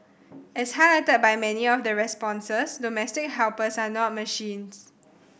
as highlighted by many of the responses domestic helpers are not machines